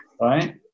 right